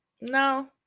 no